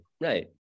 right